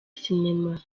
sinema